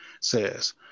says